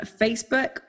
facebook